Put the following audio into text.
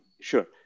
sure